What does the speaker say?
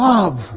Love